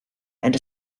and